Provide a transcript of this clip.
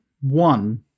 one